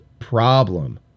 problem